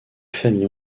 famille